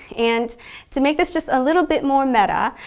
and to make this just a little bit more meta,